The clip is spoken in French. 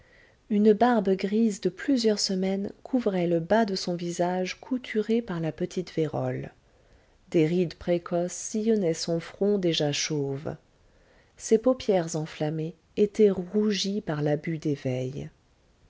une barbe grise de plusieurs semaines couvrait le bas de son visage couturé par la petite vérole des rides précoces sillonnaient son front déjà chauve ses paupières enflammées étaient rougies par l'abus